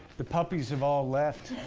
the puppies have all left,